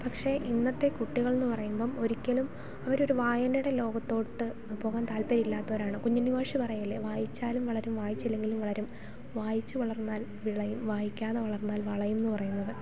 പക്ഷേ ഇന്നത്തെ കുട്ടികൾ എന്ന് പറയുമ്പം ഒരിക്കലും അവരൊരു വായനയുടെ ലോകത്തോട്ട് പോകാൻ താല്പര്യം ഇല്ലാത്തവർ ആണ് കുഞ്ഞുണ്ണി മാഷ് പറയില്ലേ വായിച്ചാലും വളരും വായിച്ചില്ലെങ്കിലും വളരും വായിച്ച് വളർന്നാൽ വിളയും വായിക്കാതെ വളർന്നാൽ വളയും എന്ന് പറയുന്നത്